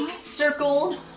circle